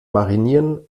marinieren